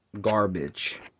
garbage